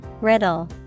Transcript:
Riddle